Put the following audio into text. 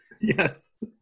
Yes